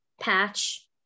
patch